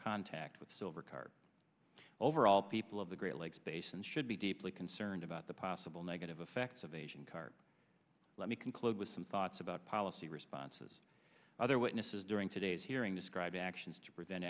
contact with silver car overall people of the great lakes basin should be deeply concerned about the possible negative effects of asian carp let me conclude with some thoughts about policy responses other witnesses during today's hearing describe actions to prevent